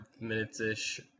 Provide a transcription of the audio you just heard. minutes-ish